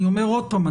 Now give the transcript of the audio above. אני אומר עוד פעם,